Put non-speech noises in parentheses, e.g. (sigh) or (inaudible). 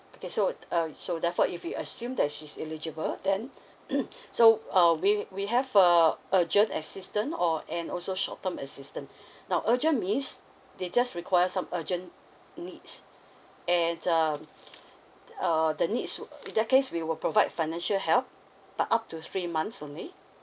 okay so uh so therefore if we assume that she's eligible then (noise) so uh we we have uh urgent assistance or and also short term assistance now urgent means they just require some urgent needs and um uh the needs oo uh in that case we will provide financial help but up to three months only